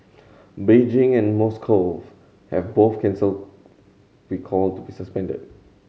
Beijing and Moscow have both canceled be called to be suspended